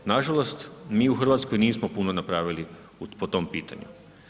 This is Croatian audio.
Nažalost, mi u Hrvatskoj nismo puno napravili po tom pitanju.